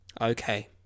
Okay